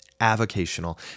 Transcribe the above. Avocational